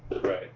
Right